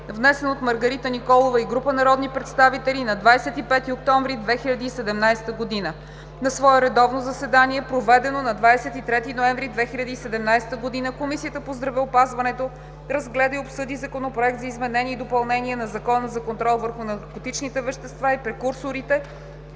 внесен от Маргарита Николова и група народни представители на 25 октомври 2017 г. На свое редовно заседание, проведено на 23 ноември 2017 г., Комисията по здравеопазването разгледа и обсъди Законопроект за изменение и допълнение на Закона за контрол върху наркотичните вещества и прекурсорите.